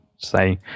say